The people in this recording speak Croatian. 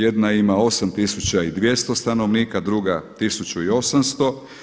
Jedna ima 8200 stanovnika, druga 1800.